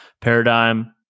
paradigm